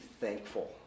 thankful